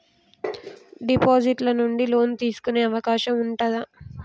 Deposit ల నుండి loan తీసుకునే అవకాశం ఉంటదా?